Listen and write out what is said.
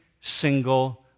single